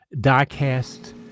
die-cast